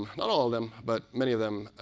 not all of them, but many of them.